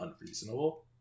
unreasonable